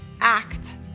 act